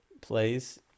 plays